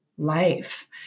life